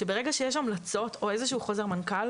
ברגע שיש המלצות או איזה שהוא חוזר מנכ"ל,